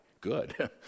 Good